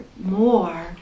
more